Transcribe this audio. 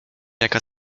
jaka